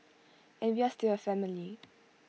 and we are still A family